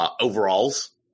overalls